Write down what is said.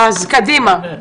אז קדימה.